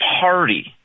party